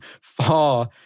far